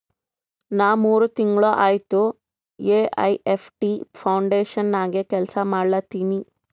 ನಾ ಮೂರ್ ತಿಂಗುಳ ಆಯ್ತ ಎ.ಐ.ಎಫ್.ಟಿ ಫೌಂಡೇಶನ್ ನಾಗೆ ಕೆಲ್ಸಾ ಮಾಡ್ಲತಿನಿ